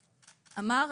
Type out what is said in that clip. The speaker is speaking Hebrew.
אמר,